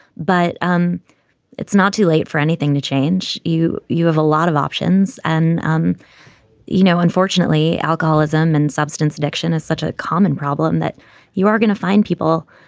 but um it's not too late for anything to change you. you have a lot of options. and, um you know, unfortunately, alcoholism and substance addiction is such a common problem that you are going to find people,